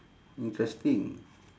interesting